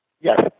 Yes